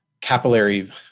capillary